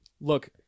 Look